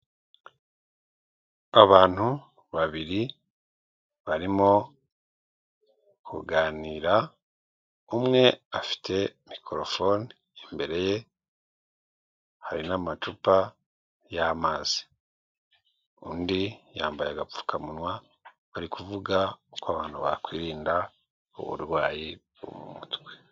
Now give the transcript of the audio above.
Abantu babiri barimo kuganira, umwe afite mikorofone, imbere ye hariho amacupa y'amazi, undi yambaye agapfukamunwa bari kuvuga uko abantu bakwirinda uburwayi bwo mu mutwe.